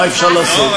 מה אפשר לעשות?